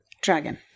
dragon